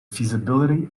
feasibility